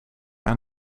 aan